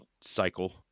cycle